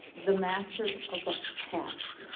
the master of the hats.